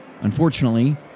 Unfortunately